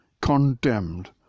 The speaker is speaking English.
condemned